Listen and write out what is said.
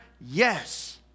Yes